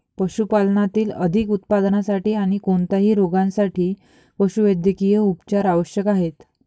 पशुपालनातील अधिक उत्पादनासाठी आणी कोणत्याही रोगांसाठी पशुवैद्यकीय उपचार आवश्यक आहेत